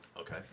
Okay